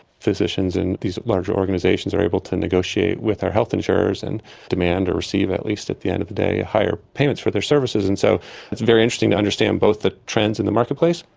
physicians and these larger organisations are able to negotiate with our health insurers and demand or receive at least at the end of the day higher payments for their services, and so it's very interesting to understand both the trends in the marketplace,